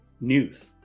news